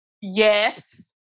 Yes